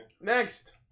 Next